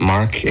Mark